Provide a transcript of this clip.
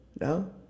No